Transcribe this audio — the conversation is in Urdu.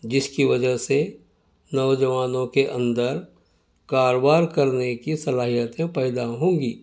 جس کی وجہ سے نوجوانوں کے اندر کاروبار کرنے کی صلاحیتیں پیدا ہوں گی